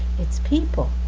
it's people.